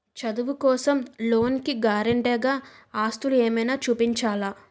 చదువు కోసం లోన్ కి గారంటే గా ఆస్తులు ఏమైనా చూపించాలా?